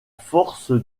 force